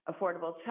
affordable